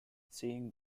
seeing